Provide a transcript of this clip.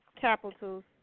capitals